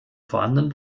vorhandenen